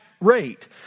rate